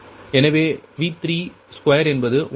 எனவே V32 என்பது 1